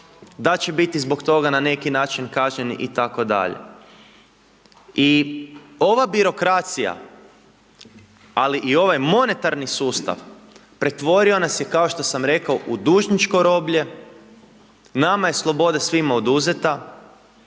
da će biti zbog toga na neki način kažnjeni itd.. I ova birokracija, ali i ovaj monetarni sustav pretvorio nas je kao što sam rekao u dužničko roblje, nama je sloboda svima oduzeta.